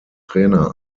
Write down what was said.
trainer